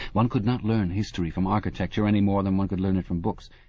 one could not learn history from architecture any more than one could learn it from books.